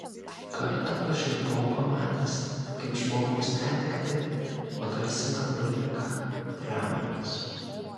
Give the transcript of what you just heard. kartą pašiurpau pamatęs kaip žmogaus netektį pagarsina rubrika pramogos